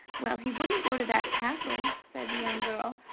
well, he wouldn't go to that castle, said the young girl.